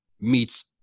meets